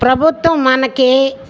ప్రభుత్వం మనకే